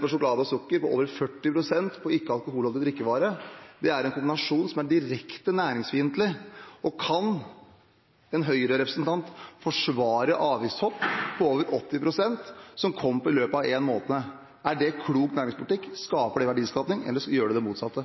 på sjokolade og sukker og med over 40 pst. på ikke-alkoholholdig drikkevare, er en kombinasjon som er direkte næringsfiendtlig. Kan en Høyre-representant forsvare avgiftshopp på over 80 pst., som kom i løpet av en måned? Er det klok næringspolitikk? Gir det verdiskaping eller det motsatte?